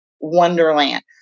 wonderland